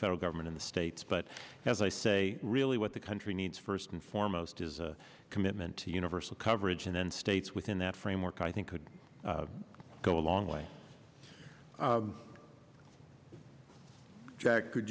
federal government in the states but as i say really what the country needs first and foremost is a commitment to universal coverage and then states within that framework i think could go a long way jack could